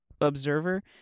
observer